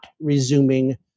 resuming